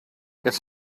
it’s